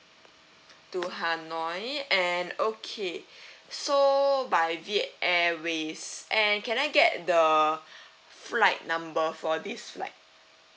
to hanoi and okay sold by viet airways and can I get the flight number for this flight